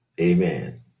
Amen